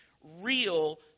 real